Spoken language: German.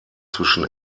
zwischen